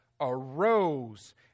Arose